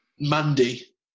Mandy